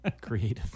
creative